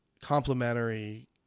complementary